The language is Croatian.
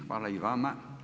Hvala i vama.